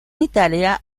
italia